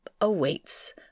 awaits